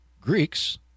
Greeks